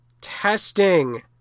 testing